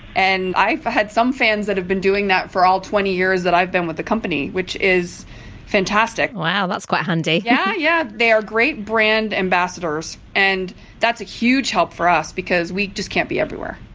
and i've had some fans that have been doing that for all twenty years that i've been with the company, which is fantastic. wow, that's quite handy. yeah, yeah. they are great brand ambassadors and that's a huge help for us, because we just can't be everywhere.